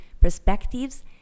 perspectives